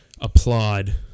applaud